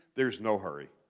there's no hurry.